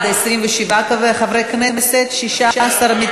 התשע"ו 2016,